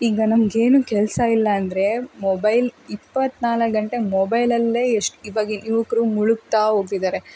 ಈಗ ನಮಗೇನು ಕೆಲಸ ಇಲ್ಲ ಅಂದರೆ ಮೊಬೈಲ್ ಇಪ್ಪತ್ನಾಲ್ಕು ಗಂಟೆ ಮೊಬೈಲಲ್ಲೇ ಎಷ್ಟು ಇವಾಗಿನ ಯುವಕ್ರು ಮುಳುಗ್ತಾ ಹೋಗ್ತಿದ್ದಾರೆ